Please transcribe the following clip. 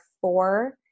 four